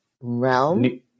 realm